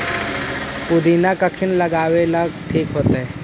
पुदिना कखिनी लगावेला ठिक होतइ?